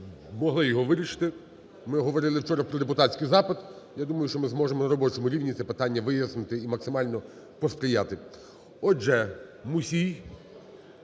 могли його вирішити. Ми говорили вчора про депутатський запит. Я думаю, що ми зможемо на робочому рівні це питання вияснити і максимально посприяти. Отже, Мусій